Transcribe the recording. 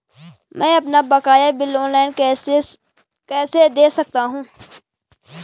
मैं अपना बकाया बिल ऑनलाइन कैसे दें सकता हूँ?